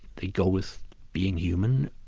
they go with being human,